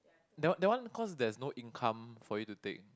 that one that one cause there is no income for you to take